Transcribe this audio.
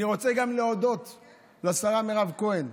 אני רוצה להודות גם לשרה מירב כהן,